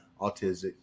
autistic